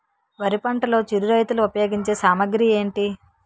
వరి పంటలో చిరు రైతులు ఉపయోగించే సామాగ్రి ఏంటి?